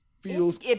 feels